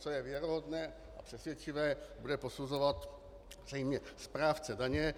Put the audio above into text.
Co je věrohodné a přesvědčivé, bude posuzovat zřejmě správce daně.